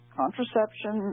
contraception